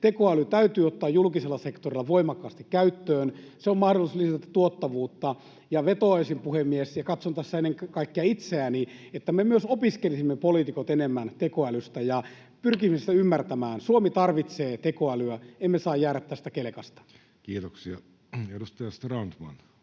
tekoäly täytyy ottaa julkisella sektorilla voimakkaasti käyttöön. Se on mahdollisuus lisätä tuottavuutta. Ja vetoaisin, puhemies — ja katson tässä ennen kaikkea itseäni — että myös me poliitikot opiskelisimme enemmän tekoälyä ja pyrkisimme sitä ymmärtämään. Suomi tarvitsee tekoälyä. Emme saa jäädä tästä kelkasta. Kiitoksia. — Edustaja Strandman,